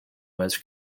was